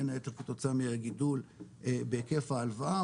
בין היתר כתוצאה מהגידול בהיקף ההלוואה,